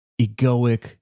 egoic